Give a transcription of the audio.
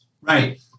Right